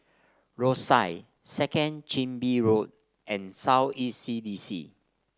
Rosyth Second Chin Bee Road and South East C D C